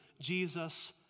Jesus